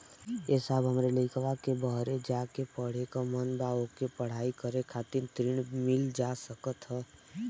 ए साहब हमरे लईकवा के बहरे जाके पढ़े क मन बा ओके पढ़ाई करे खातिर ऋण मिल जा सकत ह?